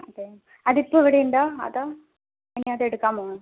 അതെ അതിപ്പം ഇവിടെ ഉണ്ടോ അതോ ഇനി അതെടുക്കാൻ പോണോ